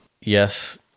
Yes